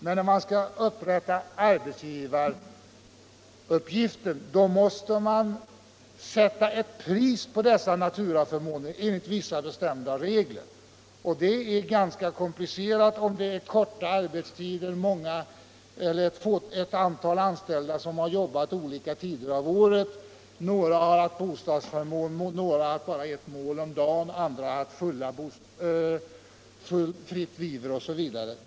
Men när man skall upprätta arbetsgivaruppgiften då måste man sätta ett pris på dessa naturaförmåner enligt vissa bestämda regler. Det är ganska komplicerat om det gäller korta arbetsperioder, t.ex. ett antal anställda som jobbar på olika tider av året, någon har haft bostadsförmån, några bara ett mål mat om dagen, andra fritt vivre osv.